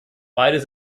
beides